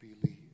believe